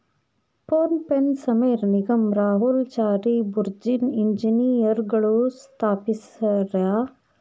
phone ಪೆನ ಸಮೇರ್ ನಿಗಮ್ ರಾಹುಲ್ ಚಾರಿ ಬುರ್ಜಿನ್ ಇಂಜಿನಿಯರ್ಗಳು ಸ್ಥಾಪಿಸ್ಯರಾ